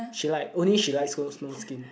she like only she likes snow snow skin